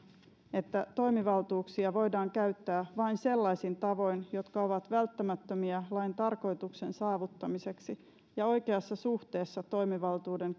että toimivaltuuksia voidaan käyttää vain sellaisin tavoin jotka ovat välttämättömiä lain tarkoituksen saavuttamiseksi ja oikeassa suhteessa toimivaltuuden